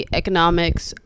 economics